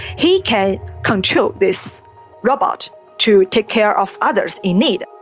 he can control this robot to take care of others in need.